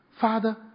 Father